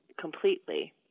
completely